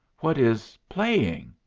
what is playing?